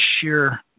sheer